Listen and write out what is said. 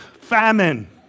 Famine